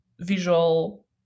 visual